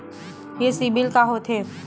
ये सीबिल का होथे?